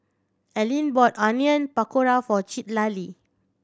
Allene bought Onion Pakora for Citlali